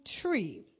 tree